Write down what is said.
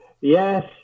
Yes